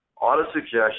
Auto-suggestion